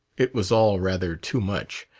it was all rather too much.